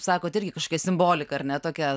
sakot irgi kažkas simbolika ar ne tokia